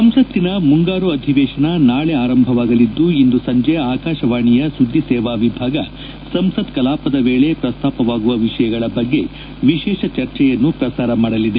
ಸಂಸತ್ಲಿನ ಮುಂಗಾರು ಅಧಿವೇಶನ ನಾಳೆ ಆರಂಭವಾಗಲಿದ್ದು ಇಂದು ಸಂಜೆ ಆಕಾಶವಾಣಿಯ ಸುದ್ಲಿ ಸೇವಾ ವಿಭಾಗ ಸಂಸತ್ ಕಲಾಪದ ವೇಳೆ ಪ್ರಸ್ತಾಪವಾಗುವ ವಿಷಯಗಳ ಬಗ್ಗೆ ವಿಶೇಷ ಚರ್ಚೆಯನ್ನು ಪ್ರಸಾರ ಮಾಡಲಿದೆ